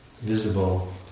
visible